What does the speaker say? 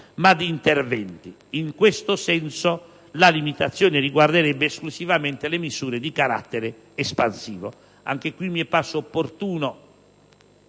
ma di interventi. In questo senso, la limitazione riguarderebbe esclusivamente le misure di carattere espansivo. Anche in questo caso mi è parso opportuno